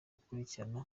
gukurikirana